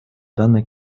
данной